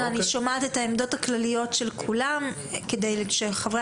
אני שומעת את העמדות הכלליות של כולם כדי שחברי